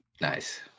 Nice